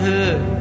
Hood